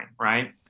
right